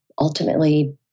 ultimately